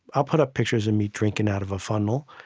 i'll put up pictures of me drinking out of a funnel.